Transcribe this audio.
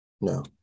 no